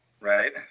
Right